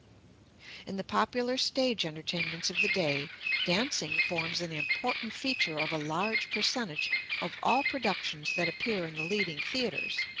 in the popular stage entertainments of the day dancing forms an important feature of a large percentage of all productions that appear in the leading theatres.